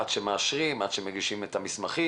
עד שמאשרים, עד שמגישים את המסמכים.